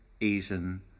Asian